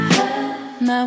Now